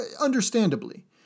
Understandably